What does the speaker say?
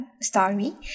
story